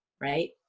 Right